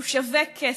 הוא שווה כסף.